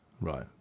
right